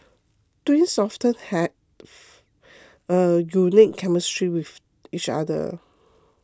twins often have a unique chemistry with each other